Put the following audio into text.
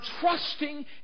trusting